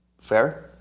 fair